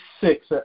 six